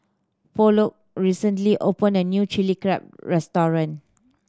Plok recently opened a new Chili Crab restaurant